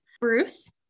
Bruce